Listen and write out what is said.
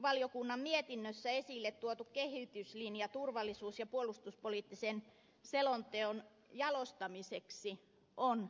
ulkoasianvaliokunnan mietinnössä esille tuotu kehityslinja turvallisuus ja puolustuspoliittisen selonteon jalostamiseksi on hyvä